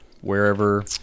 wherever